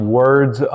words